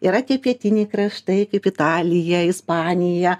yra tie pietiniai kraštai kaip italija ispanija